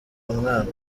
umwana